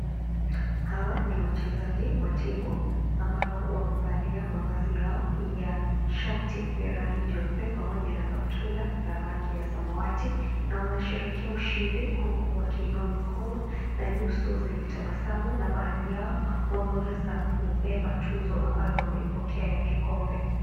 Hawa ni wachezaji wa timu ambao wamevalia mavazi yao ya shati ya rangi jeupe pamoja na kaptura la rangi ya samawati na wanasherekea ushindi huku wakiinua mikono na nyuso zenye tabasamu . Wameweza kubeba tuzo ambayo